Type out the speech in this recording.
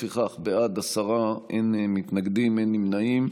לפיכך, בעד, עשרה, אין מתנגדים, אין נמנעים.